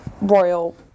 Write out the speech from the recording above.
Royal